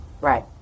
Right